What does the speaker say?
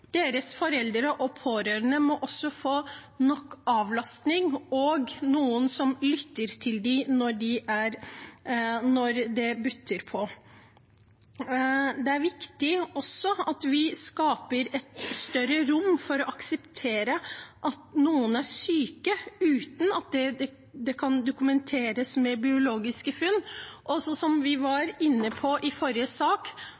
Deres foreldre og pårørende må også få nok avlastning og noen som lytter til dem når det butter imot. Det er også viktig at vi skaper et større rom for å akseptere at noen er syke, uten at det må dokumenteres med biologiske funn. Og som vi var inne på i forrige sak,